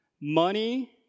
Money